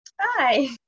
Hi